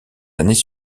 années